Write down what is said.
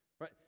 right